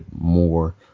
more